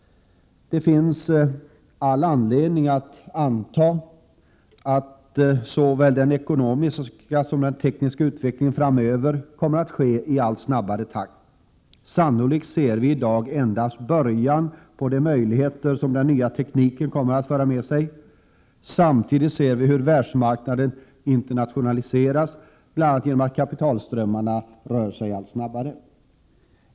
Det finns all anledning att anta att såväl den ekonomiska som den tekniska utvecklingen framöver kommer att ske i allt snabbare takt. Sannolikt ser vi i dag endast början på de möjligheter som den nya tekniken kommer att föra med sig. Samtidigt ser vi hur världsmarknaden internationaliseras, bl.a. genom att kapitalströmmarna rör sig allt snabbare.